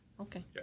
Okay